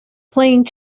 playing